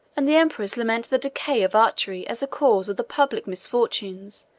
and the emperors lament the decay of archery as a cause of the public misfortunes,